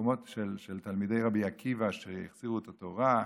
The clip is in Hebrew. מהמקומות של תלמידי רבי עקיבא שהחזירו את התורה,